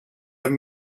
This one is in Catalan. amb